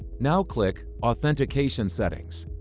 now click authentication settings.